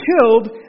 killed